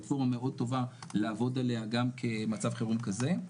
פלטפורמה טובה מאוד לעבוד עליה גם במצב חירום כזה.